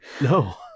No